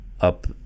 up